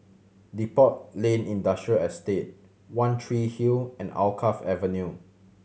Depot Lane Industrial Estate One Tree Hill and Alkaff Avenue